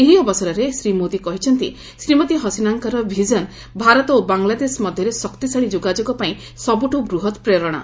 ଏହି ଅବସରରେ ଶ୍ରୀ ମୋଦି କହିଛନ୍ତି ଶ୍ରୀମତୀ ହସିନାଙ୍କର ଭିଜନ ଭାରତ ଓ ବାଙ୍ଗଲାଦେଶ ମଧ୍ୟରେ ଶକ୍ତିଶାଳି ଯୋଗାଯୋଗ ପାଇଁ ସବୁଠୁ ବୃହତ ପ୍ରେରଣା